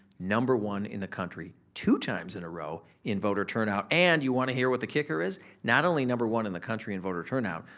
number one in the country two times in a row in voter turnout. and you wanna hear what the kicker is? not only number one in the country in voter turnout,